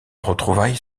retrouvailles